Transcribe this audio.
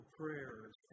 prayers